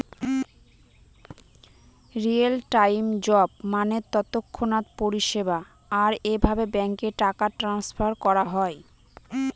real time job মানে তৎক্ষণাৎ পরিষেবা, আর এভাবে ব্যাঙ্কে টাকা ট্রান্সফার করা হয়